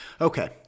Okay